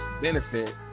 benefit